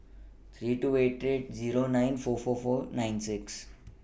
three eight eight two Zero nine four four nine six